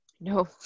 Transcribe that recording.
No